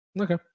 Okay